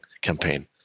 campaign